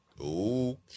Okay